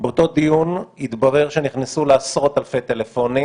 באותו דיון התברר שנכנסו לעשרות אלפי טלפונים